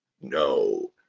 No